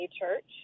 church